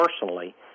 personally